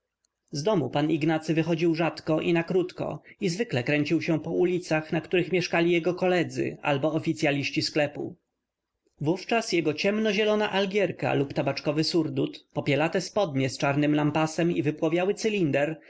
z domu pan ignacy wychodził rzadko i na krótko i zwykle kręcił się po ulicach na których mieszkali jego koledzy albo oficyaliści sklepu wówczas jego ciemno-zielona algierka lub tabaczkowy surdut popielate spodnie z czarnym lampasem i wypłowiały cylinder